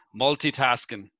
Multitasking